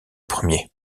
premier